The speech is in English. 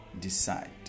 Decide